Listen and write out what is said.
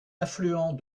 affluent